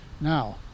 Now